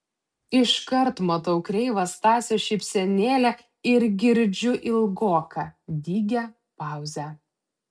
iškart matau kreivą stasio šypsenėlę ir girdžiu ilgoką dygią pauzę